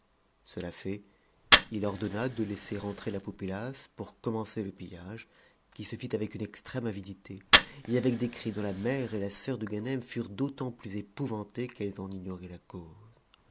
ceia fait il ordonna de laisser entrer la populace pour commencer le pillage qui se fit avec une extrême avidité et avec des cris dont la mère et la soeur de ganem furent d'autant plus épouvantées qu'elles en ignoraient la cause